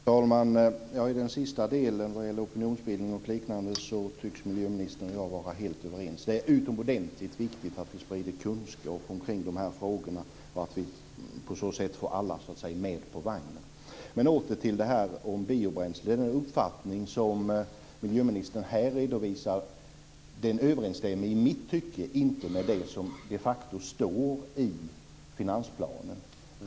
Fru talman! I den sista delen vad gäller opinionsbildning och liknande tycks miljöministern och jag vara helt överens. Det är utomordentligt viktigt att vi sprider kunskap kring de här frågorna och att vi på så sätt får alla med på vagnen. Men jag ska vända åter till det här om biobränslen. Den uppfattning som miljöministern här redovisar överensstämmer i mitt tycke inte med det som de facto står i finansplanen.